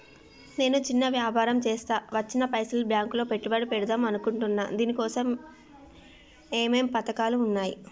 నేను చిన్న వ్యాపారం చేస్తా వచ్చిన పైసల్ని బ్యాంకులో పెట్టుబడి పెడదాం అనుకుంటున్నా దీనికోసం ఏమేం పథకాలు ఉన్నాయ్?